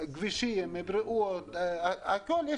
ככה זה גם בכבישים, בריאות, בהכול.